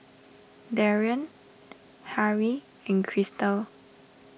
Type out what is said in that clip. Darrien Harrie and Cristal